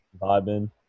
vibing